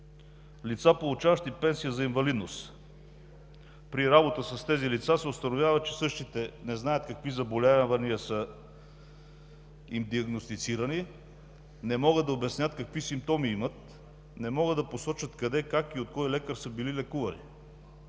Лица, получаващи пенсия за инвалидност – при работа с тези лица се установява, че същите не знаят какви заболявания са им диагностицирани, не могат да обяснят какви симптоми имат, не могат да посочат къде, как и от кой лекар са били лекувани.